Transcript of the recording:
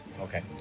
Okay